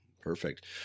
Perfect